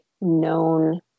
known